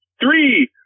three